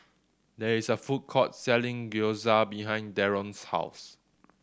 there is a food court selling Gyoza behind Daron's house